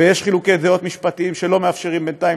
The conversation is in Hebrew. ויש חילוקי דעות משפטיים שלא מאפשרים בינתיים